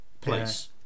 place